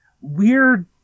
weird